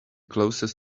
closest